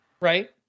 Right